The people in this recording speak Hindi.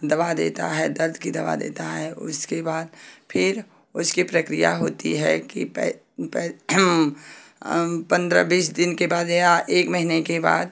दवा देता है दर्द की दवा देता है उसके बाद फिर उसकी प्रक्रिया होती है कि पंद्रह बीस दिन के बाद या एक महीने के बाद